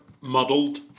Muddled